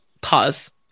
Pause